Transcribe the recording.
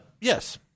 yes